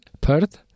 Perth